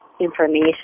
information